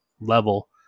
level